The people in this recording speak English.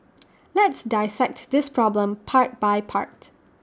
let's dissect this problem part by part